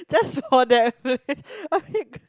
just for that